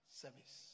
service